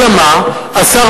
אלא מה, השר